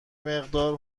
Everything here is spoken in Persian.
مقداری